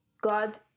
God